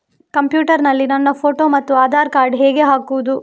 Computer ನಲ್ಲಿ ನನ್ನ photo ಮತ್ತು ಆಧಾರ್ ಕಾರ್ಡ್ ಹೇಗೆ ಹಾಕುವುದು?